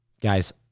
guys